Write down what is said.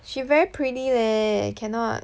she very pretty leh cannot